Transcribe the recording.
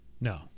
No